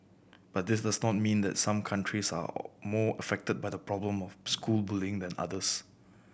but this does not mean that some countries are more affected by the problem of school bullying than others